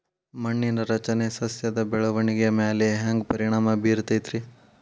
ಮಣ್ಣಿನ ರಚನೆ ಸಸ್ಯದ ಬೆಳವಣಿಗೆ ಮ್ಯಾಲೆ ಹ್ಯಾಂಗ್ ಪರಿಣಾಮ ಬೇರತೈತ್ರಿ?